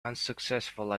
unsuccessful